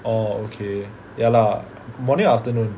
orh okay ya lah morning or afternoon